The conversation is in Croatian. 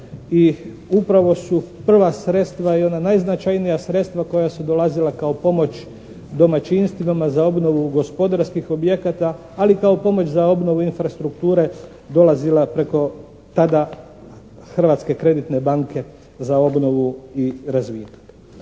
i upravo su prva sredstva i ona najznačajnija sredstva koja su dolazila kao pomoć domaćinstvima za obnovu gospodarskih objekata, ali kao pomoć za obnovu infrastrukture dolazila preko tada Hrvatske kreditne banke za obnovu i razvitaka.